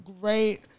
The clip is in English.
great